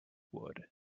wood